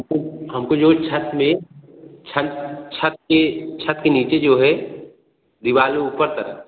हमको जो है छत में छत छत के छत के नीचे जो है दीवाल है ऊपर तक